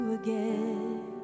again